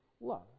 love